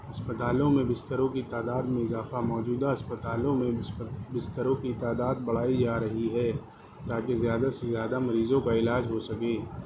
اسپتالوں میں بستروں کی تعداد میں اضافہ موجودہ اسپتالوں میں بستروں کی تعداد بڑھائی جا رہی ہے تاکہ زیادہ سے زیادہ مریضوں کا علاج ہو سکے